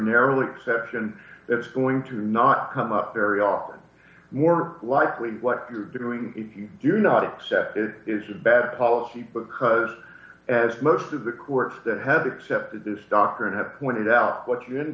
narrow exception that it's going to not come up very often more likely what you're doing if you do not accept it is a bad policy because as most of the courts that have accepted this doctrine have pointed out what you end